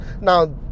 Now